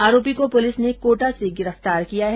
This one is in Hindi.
आरोपी को पुलिस ने कोटा से गिरफ्तार किया है